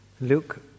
Luke